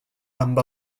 amb